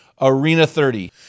ARENA30